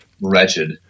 wretched